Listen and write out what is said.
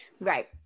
Right